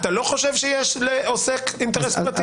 האם אתה לא חושב שיש לעוסק אינטרס לפרטיות?